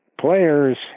players